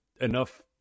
enough